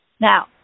Now